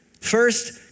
First